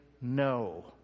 no